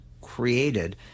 created